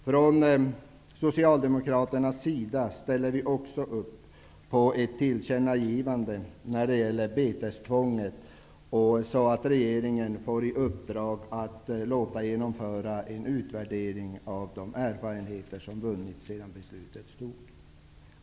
Från Socialdemokraternas sida ställer vi också upp på ett tillkännagivande när det gäller betestvånget, så att regeringen får i uppdrag att låta genomföra en utvärdering av de erfarenheter som vunnits sedan beslutet fattades.